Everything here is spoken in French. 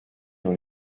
dans